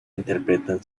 interpretan